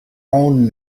own